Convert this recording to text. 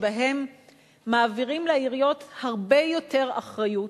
שמעבירים לעיריות הרבה יותר אחריות,